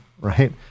right